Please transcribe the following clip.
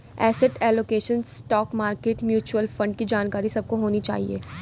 asset allocation, stock market, mutual fund की जानकारी सबको होनी चाहिए